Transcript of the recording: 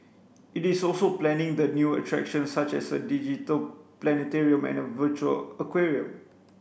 it is also planning the new attraction such as a digital planetarium and a virtual aquarium